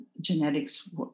Genetics